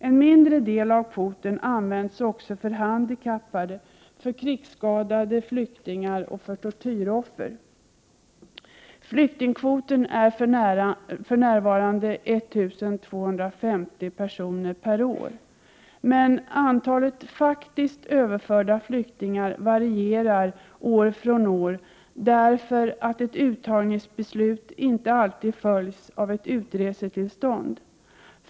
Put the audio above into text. En mindre del av kvoten används också för handikappade, för krigsskadade flyktingar och för tortyroffer. Flyktingkvoten är för närvarande 1250 personer per år. Men antalet faktiskt överförda flyktingar varierar år från år därför att ett uttagningsbeslut inte alltid följs av ett utresetillstånd.